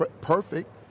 perfect